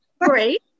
great